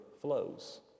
flows